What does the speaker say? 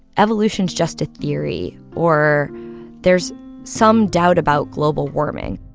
evolution is just a theory or there's some doubt about global warming